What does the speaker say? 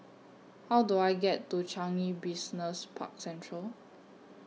How Do I get to Changi Business Park Central